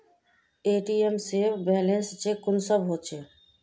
ATM से balance check कुंसम होचे?